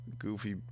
goofy